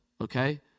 Okay